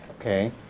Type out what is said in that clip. Okay